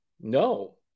No